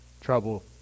trouble